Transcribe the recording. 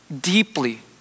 deeply